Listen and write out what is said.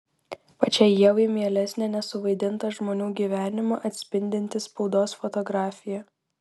pačiai ievai mielesnė nesuvaidintą žmonių gyvenimą atspindinti spaudos fotografija